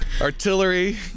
Artillery